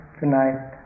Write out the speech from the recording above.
tonight